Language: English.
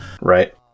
Right